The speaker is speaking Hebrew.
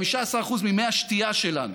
15% ממי השתייה שלנו.